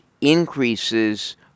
increases